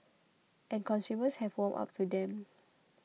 and consumers have warmed up to them